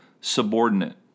subordinate